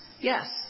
yes